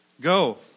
Go